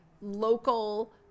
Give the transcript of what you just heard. local